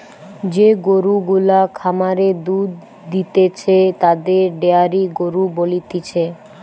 যে গরু গুলা খামারে দুধ দিতেছে তাদের ডেয়ারি গরু বলতিছে